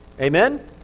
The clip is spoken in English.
Amen